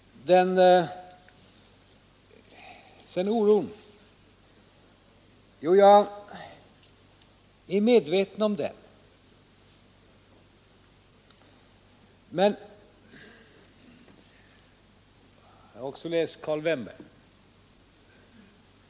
Sedan är jag också medveten om den oro som råder, och jag har läst vad Karl Vennberg har skrivit.